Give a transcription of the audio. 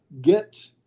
get